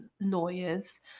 lawyers